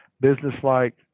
businesslike